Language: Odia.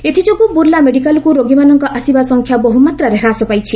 ଏଥିଯୋଗୁଁ ବୁର୍ଲା ମେଡ଼ିକାଲକୁ ରୋଗୀମାନଙ୍କ ଆସିବା ସଂଖ୍ୟା ବହ୍ମାତ୍ରାରେ ହ୍ରାସ ପାଇଛି